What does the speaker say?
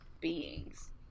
beings